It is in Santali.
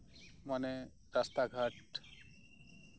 ᱢᱟᱱᱮ ᱨᱟᱥᱛᱟᱜᱷᱟᱴ